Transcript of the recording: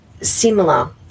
similar